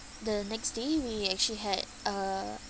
the next day we actually had uh